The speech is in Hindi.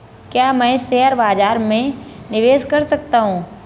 क्या मैं शेयर बाज़ार में निवेश कर सकता हूँ?